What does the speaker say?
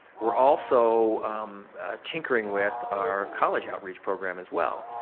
we're also tinkering with our college outreach program as well.